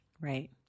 Right